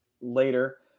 later